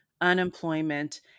unemployment